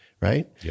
right